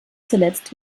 zuletzt